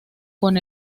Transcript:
con